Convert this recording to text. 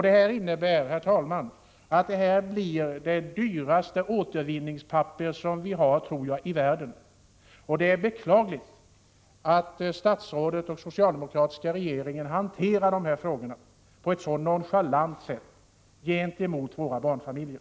Det innebär, herr talman, att detta blir det dyraste återvinningspapper som jag tror att vi har i världen. Och det är beklagligt att statsrådet och den socialdemokratiska regeringen hanterar den här frågan på ett så nonchalant sätt gentemot våra barnfamiljer.